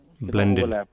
Blended